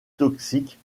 toxiques